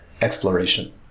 exploration